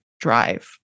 drive